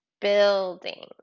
building